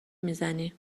میزنی